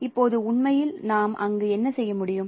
இப்போது உண்மையில் நாம் அங்கு என்ன செய்ய முடியும்